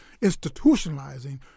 institutionalizing